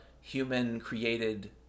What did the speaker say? human-created